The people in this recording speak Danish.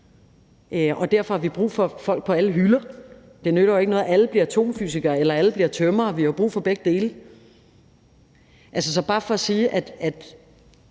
og derfor har vi brug for folk på alle hylder. Det nytter jo ikke noget, at alle bliver atomfysikere, eller at alle bliver tømrere, for vi har jo brug for begge dele. Kl. 11:07 Så det er bare for at sige, at